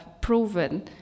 proven